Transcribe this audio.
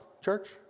church